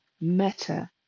meta